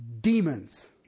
demons